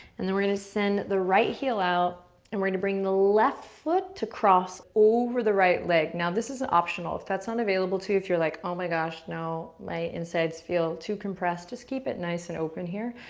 and then we're gonna send the right heel out and we're gonna bring the left foot to cross over the right leg. now, this is optional, if that's unavailable to you, if you're like, oh my gosh, no, my insides feel too compressed, just keep it nice and open here.